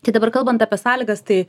tai dabar kalbant apie sąlygas tai